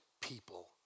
people